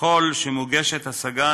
וככל שמוגשת השגה,